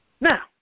Now